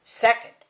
Second